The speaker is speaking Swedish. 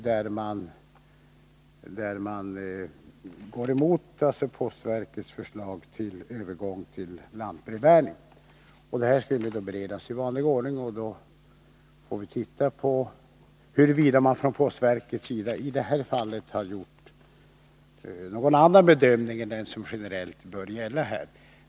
Kommunen går emot postverkets förslag om övergång till lantbrevbäring. Det ärendet skall beredas i vanlig ordning, och vi får då ta ställning till huruvida postverket i detta fall gjort någon annan bedömning än den som generellt bör gälla.